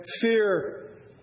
fear